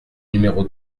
numéro